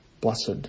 blessed